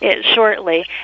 shortly